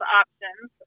options